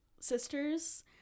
sisters